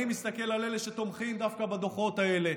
אני מסתכל על אלה שתומכים דווקא בדוחות האלה,